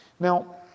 Now